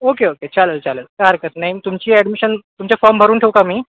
okay okay चालेल चालेल काय हरकत नाही तुमची ॲडमिशन तुमचा फॉम भरून ठेऊ का मी